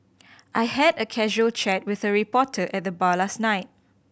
I had a casual chat with a reporter at the bar last night